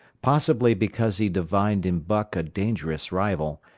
possibly because he divined in buck a dangerous rival,